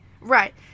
Right